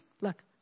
look